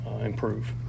improve